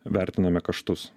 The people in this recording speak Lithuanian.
vertiname kaštus